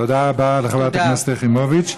תודה רבה לחברת הכנסת יחימוביץ.